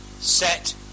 set